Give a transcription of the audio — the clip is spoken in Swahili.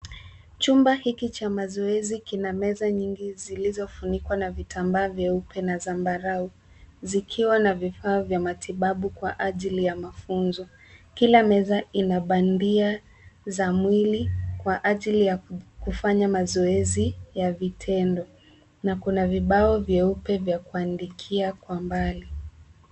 Chumba hiki cha mazoezi kina meza nyingi zilizofunikwa na vitambaa vyeupe na zambarau zikiwa na vifaa vya matibabu kwa ajili ya mafunzo. Kila meza inabandia za mwili kwa ajili ya kufanya mazoezi ya vitendo na kuna vibao vyeupe vya kuandikia kwa mbali.